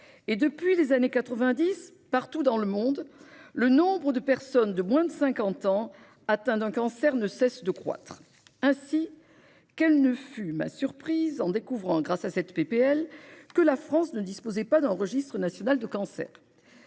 Et, depuis les années 1990, partout dans le monde, le nombre de personnes de moins de 50 ans atteintes d'un cancer ne cesse de croître. Ainsi, quelle ne fut pas ma surprise en découvrant, grâce à cette proposition de loi, que la France ne disposait pas d'un registre national des cancers